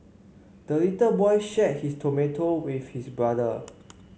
the little boy shared his tomato with his brother